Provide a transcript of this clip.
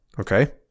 okay